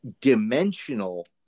dimensional